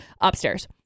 upstairs